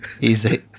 Easy